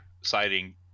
citing